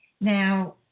Now